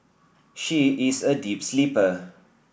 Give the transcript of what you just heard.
she is a deep sleeper